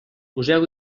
poseu